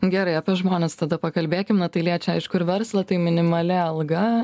gerai apie žmones tada pakalbėkim na tai liečia aišku ir verslą tai minimali alga